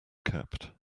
kept